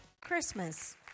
Christmas